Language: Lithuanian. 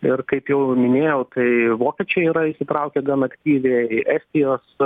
ir kaip jau ir minėjau tai vokiečiai yra įsitraukę gan aktyviai estijos